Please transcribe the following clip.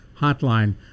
hotline